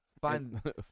Find